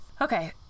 Okay